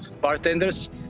bartenders